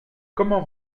comment